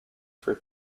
for